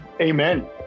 Amen